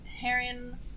Heron